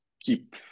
keep